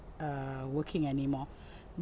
err working anymore